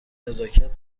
نزاکت